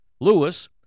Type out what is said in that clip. Lewis